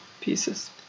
pieces